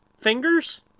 fingers